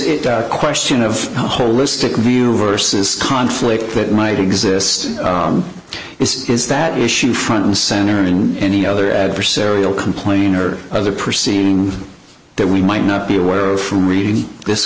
is a question of holistic view versus conflict that might exist it's that issue front and center and any other adversarial complain or other proceedings that we might not be aware of from reading this